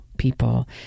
people